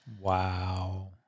wow